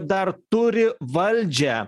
dar turi valdžią